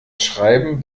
schreiben